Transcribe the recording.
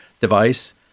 device